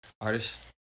Artist